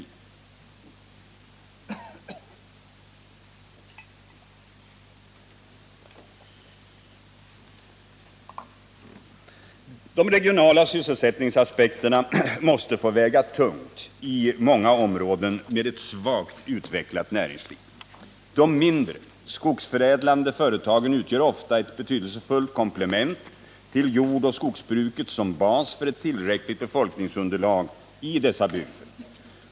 De regionala sysselsättningsaspekterna måste få väga tungt i många områden med ett svagt utvecklat näringsliv. De mindre, skogsförädlande företagen utgör ofta ett betydelsefullt komplement till jordoch skogsbruket som bas för ett tillräckligt befolkningsunderlag i dessa bygder.